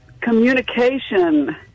communication